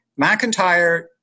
McIntyre